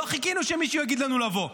לא חיכינו שמישהו יגיד לנו לבוא,